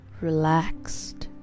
relaxed